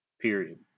period